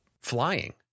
flying